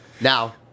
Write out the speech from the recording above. Now